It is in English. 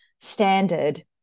standard